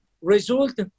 Result